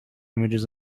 images